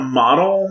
model